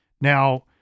Now